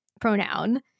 pronoun